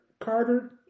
Carter